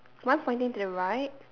one pointing to the right